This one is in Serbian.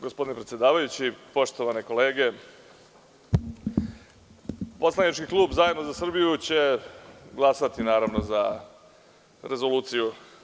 Gospodine predsedavajući, poštovane kolege, poslanički klub Zajedno za Srbiju će glasati za rezoluciju.